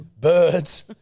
Birds